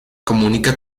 comunica